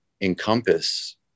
encompass